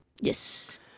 Yes